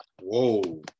Whoa